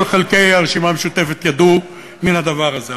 חלקי הרשימה המשותפת ידעו על הדבר הזה,